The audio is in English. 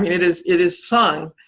i mean it is it is sung,